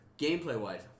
gameplay-wise